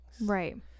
Right